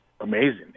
amazing